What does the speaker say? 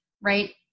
right